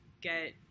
get